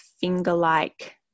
finger-like